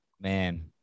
Man